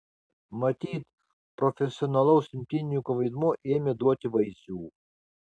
matyt profesionalaus imtynininko vaidmuo ėmė duoti vaisių